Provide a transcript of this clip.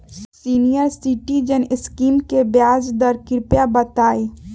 senior citizen scheme के ब्याज दर कृपया बताईं